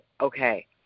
okay